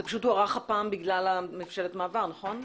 זה פשוט הוארך הפעם בגלל ממשלת מעבר, נכון?